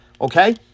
Okay